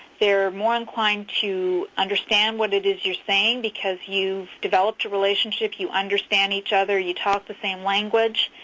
they are more inclined to understand what it is you're saying because you've developed a relationship. you understand each other. you talk the same language.